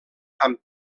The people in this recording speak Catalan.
amb